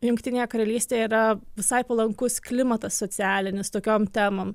jungtinėje karalystėje yra visai palankus klimatas socialinis tokiom temom